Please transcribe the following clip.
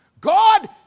God